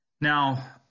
Now